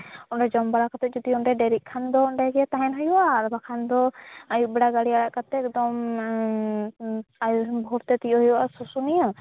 ᱚᱸᱰᱮ ᱡᱚᱢ ᱵᱟᱲᱟ ᱠᱟᱛᱮᱫ ᱫᱮᱨᱤᱜ ᱠᱷᱟᱱ ᱫᱚ ᱚᱸᱰᱮ ᱜᱮ ᱛᱟᱦᱮᱱ ᱦᱩᱭᱩᱜᱼᱟ ᱟᱨ ᱵᱟᱠᱷᱟᱱ ᱫᱚ ᱟᱹᱭᱩᱵ ᱵᱮᱲᱟ ᱜᱟᱲᱤ ᱟᱲᱟᱜ ᱠᱟᱛᱮᱫ ᱮᱠᱫᱚᱢ ᱵᱷᱳᱨᱛᱮ ᱛᱤᱭᱟᱹᱜ ᱦᱩᱭᱩᱜᱼᱟ ᱥᱩᱥᱩᱱᱤᱭᱟᱹ